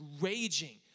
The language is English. raging